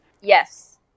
Yes